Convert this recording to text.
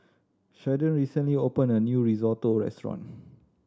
Sheldon recently opened a new Risotto Restaurant